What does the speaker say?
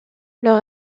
leurs